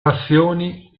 passioni